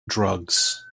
drugs